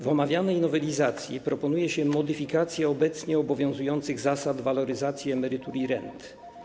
W omawianej nowelizacji proponuje się modyfikację obecnie obowiązujących zasad waloryzacji emerytur i rent.